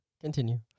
Continue